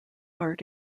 art